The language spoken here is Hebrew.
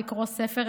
לקרא ספר,